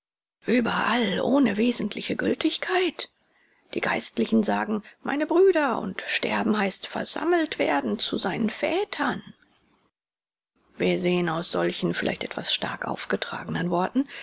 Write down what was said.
überall ohne wesentliche gültigkeit die geistlichen sagen meine brüder und sterben heißt versammelt werden zu seinen vätern wir sehen aus solchen vielleicht etwas stark aufgetragenen worten